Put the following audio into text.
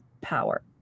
power